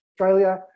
Australia